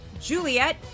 Juliet